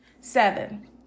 seven